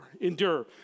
Endure